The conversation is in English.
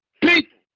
people